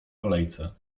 kolejce